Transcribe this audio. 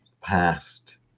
past